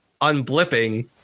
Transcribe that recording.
unblipping